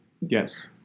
yes